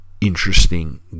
interesting